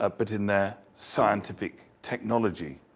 ah but in their scientific technology.